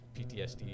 PTSD